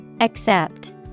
Accept